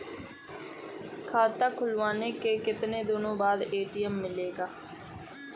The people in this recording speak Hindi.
खाता खुलवाने के कितनी दिनो बाद ए.टी.एम मिलेगा?